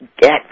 get